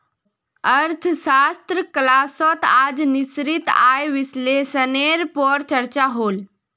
अर्थशाश्त्र क्लास्सोत आज निश्चित आय विस्लेसनेर पोर चर्चा होल